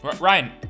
Ryan